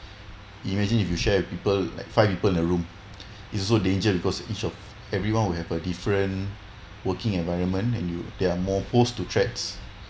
imagine if you share with people like five people in a room is also danger because each of everyone will have a different working environment and you they're more exposed to threats